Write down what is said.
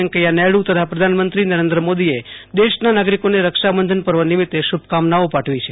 વેંકયા નાયડુ તથા પ્રધાનમંત્રી નરેન્દ્ર મોદીએ દેશના નાગરીકોને રક્ષાબંધન પર્વ નિમિત્તે શુભકામનાઓ પાઠવી છે